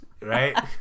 right